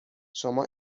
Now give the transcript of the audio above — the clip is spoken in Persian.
شما